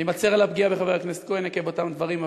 אני מצר על הפגיעה בחבר הכנסת כהן עקב אותם דברים.